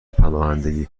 پناهندگی